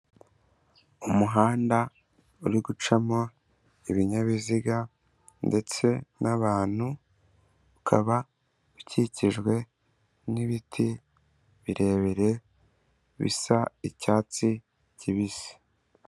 Umuhanda uri gucamo ibinyabiziga ndetse n'abantu, ukaba ukikijwe n'ibiti birebire bisa icyatsi kibisi.